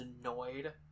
annoyed